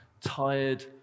tired